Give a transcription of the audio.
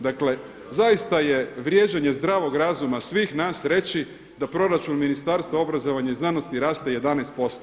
Dakle, zaista je vrijeđanje zdravog razuma svih nas reći da proračun Ministarstva obrazovanja i znanosti raste 11%